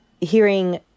hearing